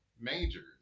majors